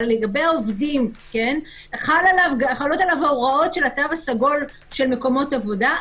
אבל לגבי העובדים חלות עליו ההוראות של התו הסגול של מקומות עבודה,